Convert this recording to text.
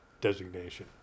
designation